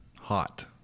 hot